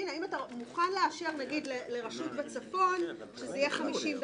האם אתה מוכן לאשר למשל לרשות בצפון שזה יהיה 50 דקות?